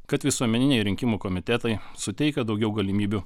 kad visuomeniniai rinkimų komitetai suteikia daugiau galimybių